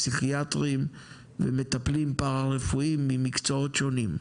פסיכיאטריים ומטפלים פרא-רפואיים ממקצועות שונים.